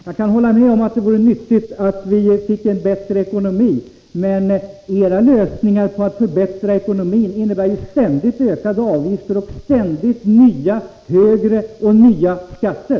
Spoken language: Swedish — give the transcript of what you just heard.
Jag kan hålla med om att det vore nyttigt om vi fick en bättre ekonomi, men era förslag till att förbättra ekonomin innebär ständigt ökade avgifter och ständigt högre och nya skatter.